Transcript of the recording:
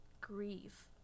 grieve